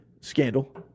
scandal